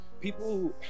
people